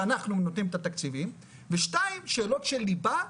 שאנחנו נותנים את התקציבים ושתיים שאלות של ליבה,